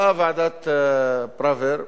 באה ועדת-פראוור,